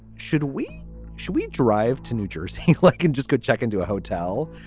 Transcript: should we should we drive to new jersey like and just go check into a hotel?